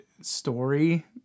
story